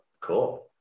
Cool